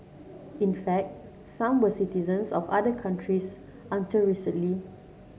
in fact some were citizens of other countries until recently